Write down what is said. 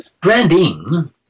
Branding